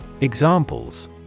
Examples